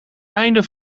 einde